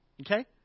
Okay